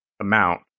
amount